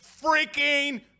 freaking